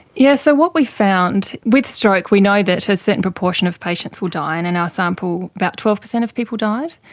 yeah so what we found, with stroke we know that a certain proportion of patients will die, and in our sample about twelve percent of people died.